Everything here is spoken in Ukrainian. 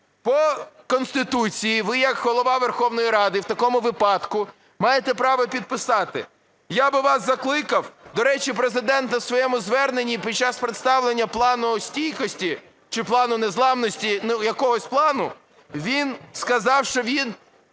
По Конституції ви як Голова Верховної Ради в такому випадку маєте право підписати. Я би вас закликав… До речі, Президент на своєму зверненні під час представлення плану стійкості чи плану незламності, якогось плану, він сказав, що він